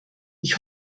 ich